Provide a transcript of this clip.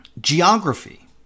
Geography